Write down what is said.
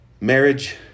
marriage